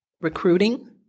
recruiting